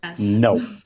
No